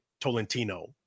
Tolentino